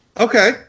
Okay